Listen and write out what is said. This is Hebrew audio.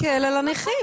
זה מקל על הנכים.